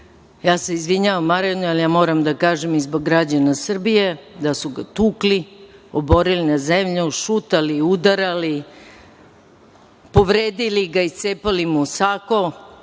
ja se izvinjavam Marijane, ali ja moram da kažem i zbog građana Srbije da su ga tukli, oborili na zemlju, šutali, udarali, povredili ga, iscepali mu sako.